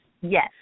yes